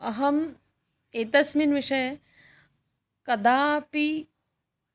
अहम् एतस्मिन् विषये कदापि